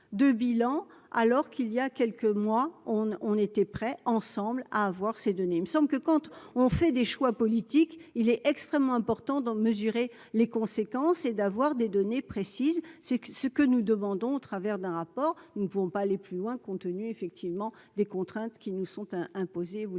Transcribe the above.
de bilan alors qu'il y a quelques mois, on était prêt, ensemble, à avoir ces données, il me semble que quand on fait des choix politiques, il est extrêmement important d'en mesurer les conséquences et d'avoir des données précises, c'est ce que nous demandons au travers d'un rapport, ils ne vont pas aller plus loin, compte tenu effectivement des contraintes qui nous sont hein